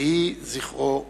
יהי זכרו ברוך.